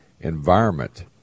environment